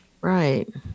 right